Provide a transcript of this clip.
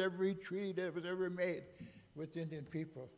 every treat every every made with indian people